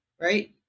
right